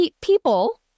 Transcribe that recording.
people